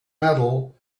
metal